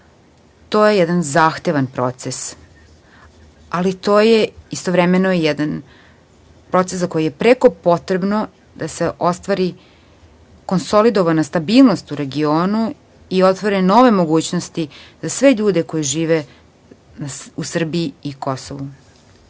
To je jedan zahtevan proces, ali je to istovremeno i jedan proces za koji je preko potrebno da se ostvari konsolidovana stabilnost u regionu i otvore nove mogućnosti za sve ljude koji žive u Srbiji i na Kosovu. To